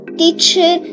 teacher